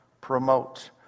Promote